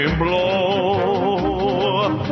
blow